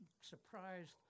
surprised